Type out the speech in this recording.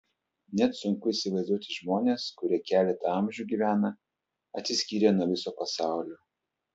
net sunku įsivaizduoti žmones kurie keletą amžių gyvena atsiskyrę nuo viso pasaulio